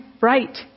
right